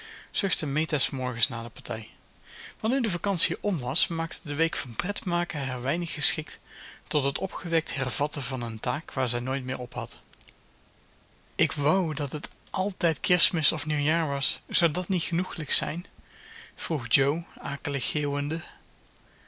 meta s morgens na de partij want nu de vacantie om was maakte de week van pretmaken haar weinig geschikt tot het opgewekt hervatten van een taak waar zij nooit mee ophad ik wou dat het altijd kerstmis of nieuwjaar was zou dat niet genoeglijk zijn vroeg jo akelig geeuwende